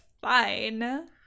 fine